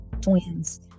twins